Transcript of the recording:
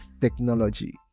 technology